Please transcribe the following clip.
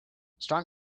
strong